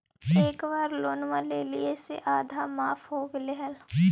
एक बार लोनवा लेलियै से आधा माफ हो गेले हल?